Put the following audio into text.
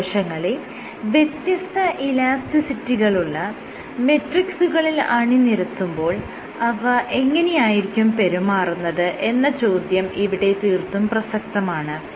മൂലകോശങ്ങളെ വ്യത്യസ്ത ഇലാസ്റ്റിസിറ്റികളുള്ള മെട്രിക്സുകളിൽ അണിനിരത്തുമ്പോൾ അവ എങ്ങനെയായിരിക്കും പെരുമാറുന്നത് എന്ന ചോദ്യം ഇവിടെ തീർത്തും പ്രസക്തമാണ്